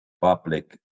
public